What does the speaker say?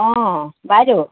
অঁ বাইদেউ